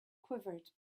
quivered